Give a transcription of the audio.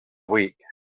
week